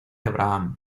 abraham